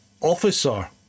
Officer